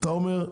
אתה אומר: